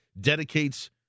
dedicates